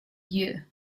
you